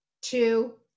Two